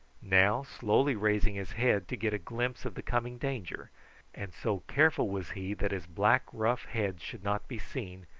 now slowly raising his head to get a glimpse of the coming danger and so careful was he that his black rough head should not be seen,